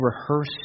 rehearse